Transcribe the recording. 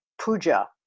Puja